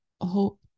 hope